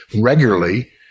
regularly